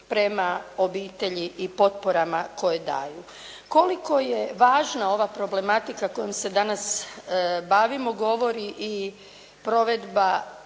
prema obitelji i potporama koje daju. Koliko je važna ova problematika kojom se danas bavimo govori i provedba